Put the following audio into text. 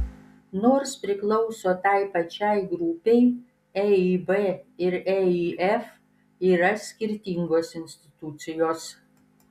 nors priklauso tai pačiai grupei eib ir eif yra skirtingos institucijos